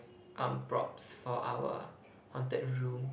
um props for our haunted room